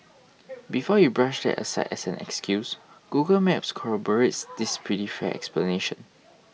before you brush that aside as an excuse Google Maps corroborates this pretty fair explanation